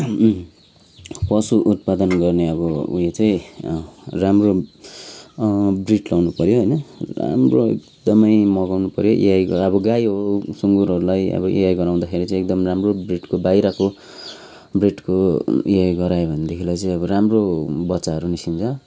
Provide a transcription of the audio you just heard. पशु उत्पादन गर्ने अब उयो चाहिँ राम्रो ब्रिड लाउनु पऱ्यो होइन राम्रो एकदमै मगाउनु पऱ्यो एआई अब गाई हो सुँगुरहरूलाई अब एआई गराउँदाखेरि चाहिँ अब राम्रो ब्रिडको बाहिरको ब्रिडको एआई गरायो भनेदेखिलाई चाहिँ अब राम्रो बच्चाहरू निस्किन्छ